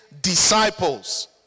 disciples